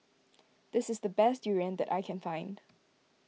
this is the best Durian that I can find